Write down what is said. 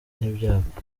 n’ibyago